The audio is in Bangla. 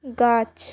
গাছ